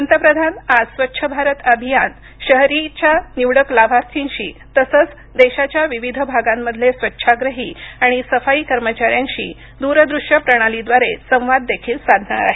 पंतप्रधान आज स्वच्छ भारत अभियान शहरीच्या निवडक लाभार्थीशी तसंच देशाच्या विविध भागांमधले स्वच्छाग्रही आणि सफाई कर्मचाऱ्यांशी दुरदृश्य प्रणालीद्वारे संवाद देखील साधणार आहेत